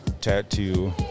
Tattoo